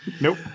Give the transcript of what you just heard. Nope